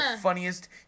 funniest